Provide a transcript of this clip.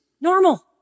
normal